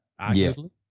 arguably